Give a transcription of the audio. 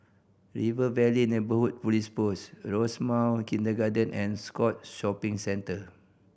River Valley Neighbourhood Police Post Rosemount Kindergarten and Scotts Shopping Centre